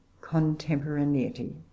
contemporaneity